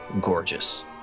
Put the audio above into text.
gorgeous